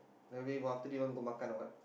then after this after this you go makan or what